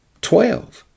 Twelve